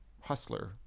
hustler